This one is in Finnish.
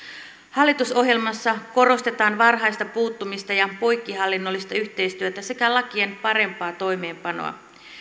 hallitusohjelmassa korostetaan varhaista puuttumista ja poikkihallinnollista yhteistyötä sekä lakien parempaa toimeenpanoa